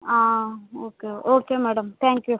ah okay okay madam thank you